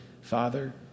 Father